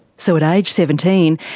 so at age seventeen,